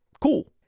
Cool